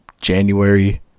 January